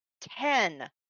Ten